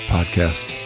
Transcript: Podcast